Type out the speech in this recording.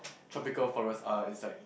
tropical forest are is like